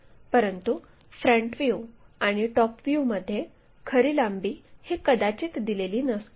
परंतु front view आणि top view मध्ये खरी लांबी ही कदाचित दिलेली नसते